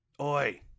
Oi